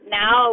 now